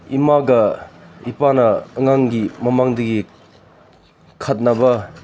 ꯏꯃꯥꯒ ꯏꯄꯥꯅ ꯑꯉꯥꯡꯒꯤ ꯃꯃꯥꯡꯗꯒꯤ ꯈꯠꯅꯕ